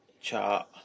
chart